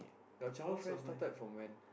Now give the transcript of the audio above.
your childhood friends started from when